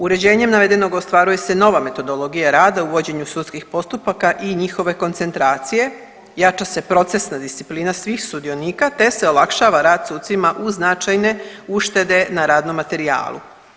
Uređenjem navedenog ostvaruje se nova metodologija rada u vođenju sudskih postupaka i njihove koncentracije, jača se procesna disciplina svih sudionika, te se olakšava rad sucima u značajne uštede na radnom materijalu.